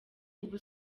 ubu